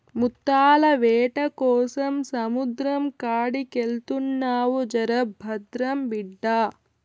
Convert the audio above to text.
ముత్తాల వేటకోసం సముద్రం కాడికెళ్తున్నావు జర భద్రం బిడ్డా